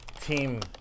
team